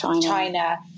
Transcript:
China